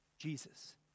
Jesus